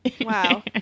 wow